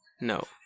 No